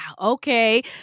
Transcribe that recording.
Okay